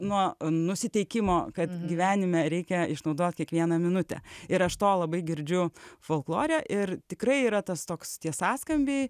nuo nusiteikimo kad gyvenime reikia išnaudot kiekvieną minutę ir aš to labai girdžiu folklore ir tikrai yra tas toks tie sąskambiai